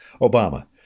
Obama